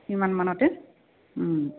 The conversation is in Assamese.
সিমানমানতে